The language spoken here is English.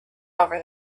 over